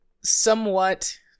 somewhat